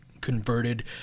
converted